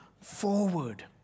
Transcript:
forward